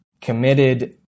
committed